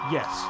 Yes